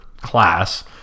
class